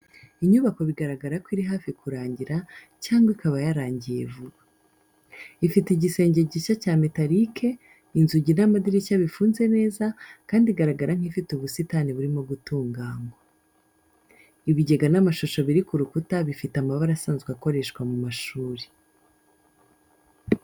Inyubako bigaragara ko iri hafi kurangira cyangwa ikaba yarangiye vuba. Ifite igisenge gishya cya metarike, inzugi n'amadirishya bifunze neza, kandi igaragara nk'ifite ubusitani burimo gutunganywa. Ibigega n’amashusho biri ku rukuta bifite amabara asanzwe akoreshwa mu mashuri.